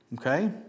Okay